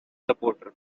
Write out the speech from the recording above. supporter